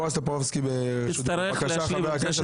תודה.